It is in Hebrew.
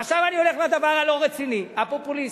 עכשיו אני הולך לדבר הלא-רציני, הפופוליסטי.